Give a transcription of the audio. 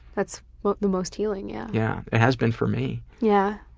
that's the most healing, yeah yeah. it has been for me. yeah,